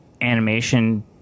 animation